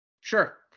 Sure